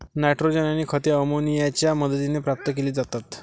nitrogen आणि खते अमोनियाच्या मदतीने प्राप्त केली जातात